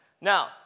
Now